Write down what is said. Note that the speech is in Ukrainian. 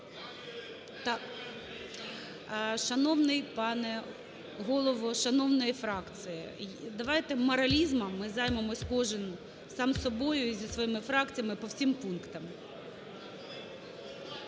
Шановний пане голово шановної фракції, давайте моралізмом ми займемося кожен сам з собою і зі своїми фракціями по всім пунктам.